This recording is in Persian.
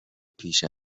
پیش